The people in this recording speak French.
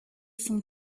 son